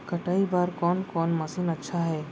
कटाई बर कोन कोन मशीन अच्छा हे?